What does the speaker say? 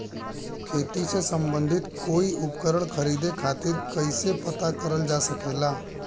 खेती से सम्बन्धित कोई उपकरण खरीदे खातीर कइसे पता करल जा सकेला?